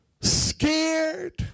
scared